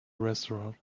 restaurant